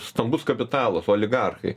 stambus kapitalas oligarchai